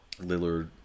Lillard